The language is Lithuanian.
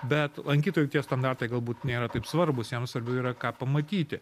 bet lankytojų tie standartai galbūt nėra taip svarbūs jiem svarbiau yra ką pamatyti